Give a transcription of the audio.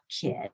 kid